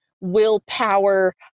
willpower